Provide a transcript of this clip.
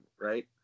right